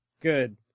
Good